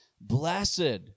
Blessed